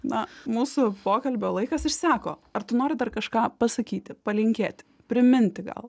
na mūsų pokalbio laikas išseko ar tu nori dar kažką pasakyti palinkėti priminti gal